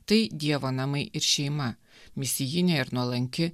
tai dievo namai ir šeima misijinė ir nuolanki